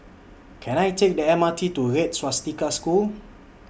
Can I Take The M R T to Red Swastika School